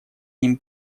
ним